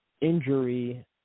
injury